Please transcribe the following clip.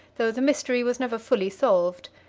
though the mystery was never fully solved.